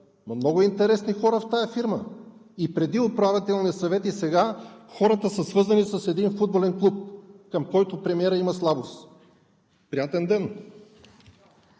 много интересни хора в тази фирма, и преди управителния съвет, и сега хората са свързани с един футболен клуб, към който премиерът има слабост. Приятен ден!